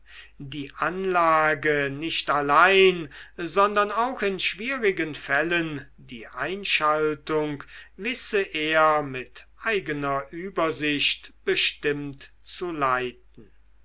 die anlage nicht allein sondern auch in schwierigen fällen die einschaltung wisse er mit eigener übersicht bestimmt zu leiten